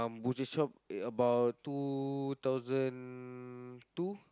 butcher shop about two thousand two